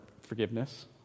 forgiveness